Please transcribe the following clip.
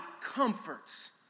comforts